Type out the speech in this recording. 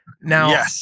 Now